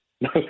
No